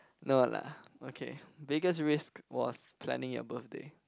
no lah okay biggest risk was planning your birthday